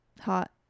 hot